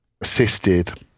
assisted